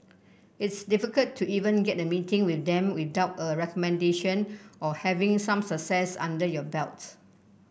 it's difficult to even get a meeting with them without a recommendation or having some success under your belt